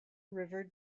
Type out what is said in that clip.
river